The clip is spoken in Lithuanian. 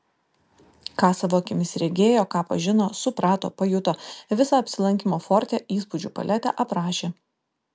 ką savo akimis regėjo ką pažino suprato pajuto visą apsilankymo forte įspūdžių paletę aprašė